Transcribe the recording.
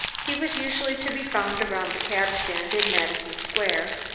he was usually to be found around the cabstand in madison square,